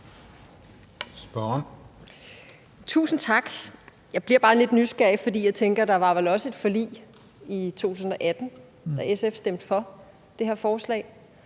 Tusind tak. Jeg bliver bare lidt nysgerrig, for jeg tænker, at der vel også var et forlig i 2018, da SF stemte for det her forslag.